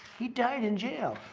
he died in jail.